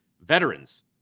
veterans